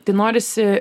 tai norisi